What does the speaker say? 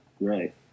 Right